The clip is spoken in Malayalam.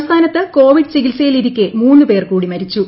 സംസ്ഥാനത്ത് കോവിഡ് ചികിത്സയിലിരിക്കെ മൂന്ന് പേർകൂടി മരിച്ചു